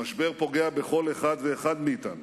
המשבר פוגע בכל אחד ואחד מאתנו,